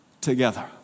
together